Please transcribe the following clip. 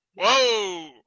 Whoa